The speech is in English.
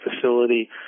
facility